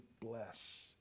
bless